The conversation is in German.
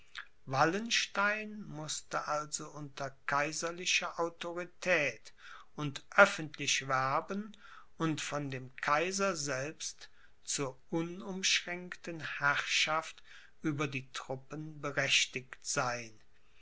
wallenstein mußte also unter kaiserlicher autorität und öffentlich werben und von dem kaiser selbst zur unumschränkten herrschaft über die truppen berechtigt sein